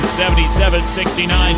77-69